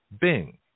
Bing